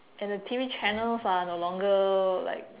and the T_V channels are no longer like